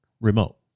remote